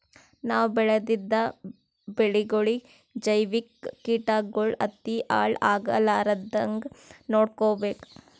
ನಾವ್ ಬೆಳೆದಿದ್ದ ಬೆಳಿಗೊಳಿಗಿ ಜೈವಿಕ್ ಕೀಟಗಳು ಹತ್ತಿ ಹಾಳ್ ಆಗಲಾರದಂಗ್ ನೊಡ್ಕೊಬೇಕ್